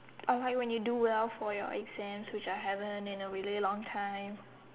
alright when you do well for your exams which I haven't in a really long time